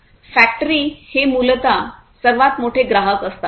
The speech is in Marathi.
फॅक्टरी हे मूलतः सर्वात मोठे ग्राहक असतात